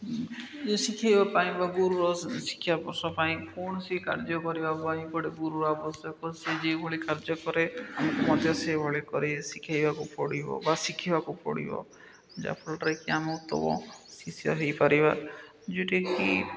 ଶିଖେଇବା ପାଇଁ ବା ଗୁରୁର ଶିକ୍ଷା ପାଇଁ କୌଣସି କାର୍ଯ୍ୟ କରିବା ପାଇଁ ଏହିଭଳି ଗୁରୁ ଆବଶ୍ୟକ ସେ ଯେଭଳି କାର୍ଯ୍ୟ କରେ ଆମକୁ ମଧ୍ୟ ସେଭଳି କରି ଶିଖେଇବାକୁ ପଡ଼ିବ ବା ଶିଖିବାକୁ ପଡ଼ିବ ଯାହାଫଳରେ କି ଆମକୁ ଶିଷ୍ୟ ହୋଇପାରିବା ଯେଉଁଟାକି